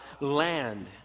land